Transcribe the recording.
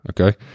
Okay